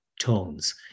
tones